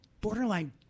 borderline